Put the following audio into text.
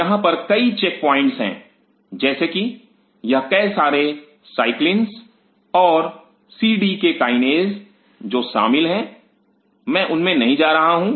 यहां पर कई चेक प्वाइंट हैं जैसे कि यह कई सारे साइक्लिन और सीडीके काईनेज जो शामिल हैं मैं उनमें नहीं जा रहा हूं